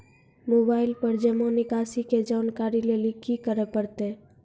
Mobile पर जमा निकासी के जानकरी लेली की करे परतै?